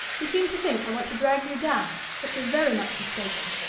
you seem to think i want to drag you down, but you're very much mistaken.